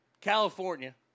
California